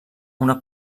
una